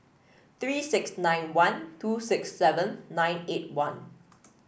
three six nine one two six seven nine eight one